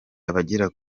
abagera